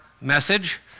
message